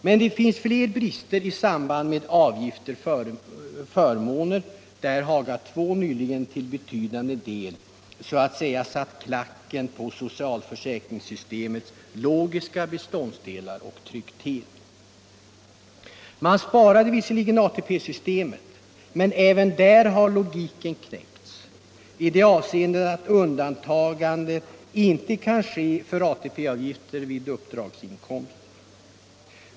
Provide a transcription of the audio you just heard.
Men det finns fler brister i sambandet avgifter-förmåner, där Haga II nyligen till betydande del så att säga satt klacken på socialförsäkringssystemets logiska beståndsdelar och tryckt till. Man sparade visserligen ATP-systemet, men även där har logiken knäckts i det avseendet att undantagande inte kan ske för ATP-avgifter vid uppdragsinkomster.